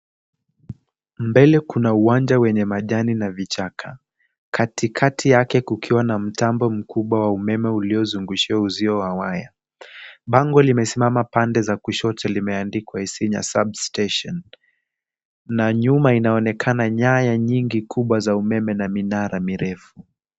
Mbele kuna uwanja wenye majani na vichaka. Katikakati yake kukiwa na mtambo mkubwa wa umeme uliozungushiwa uzio wa waya. Bango limesimama pande zote, kushoto limeandikwa Isinya Sub-Station na nyuma inaonekana nyaya nyingi kubwa za umeme na minara mirefu.